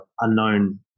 unknown